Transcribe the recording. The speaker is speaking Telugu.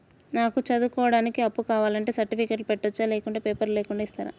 నాకు చదువుకోవడానికి అప్పు కావాలంటే సర్టిఫికెట్లు పెట్టొచ్చా లేకుంటే పేపర్లు లేకుండా ఇస్తరా?